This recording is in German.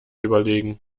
überlegen